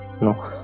no